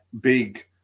big